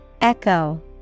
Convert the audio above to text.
Echo